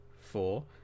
Four